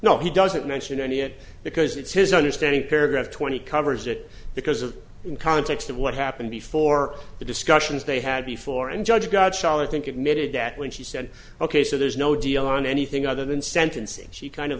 no he doesn't mention any it because it's his understanding paragraph twenty covers it because of in context of what happened before the discussions they had before and judge god shall i think admitted that when she said ok so there's no deal on anything other than sentencing she kind of